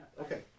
Okay